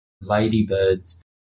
ladybirds